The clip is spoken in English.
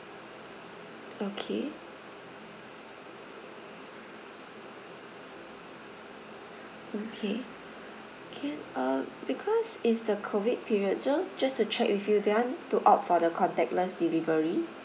okay okay can uh because is the COVID period so just to check with you do you want to opt for the contactless delivery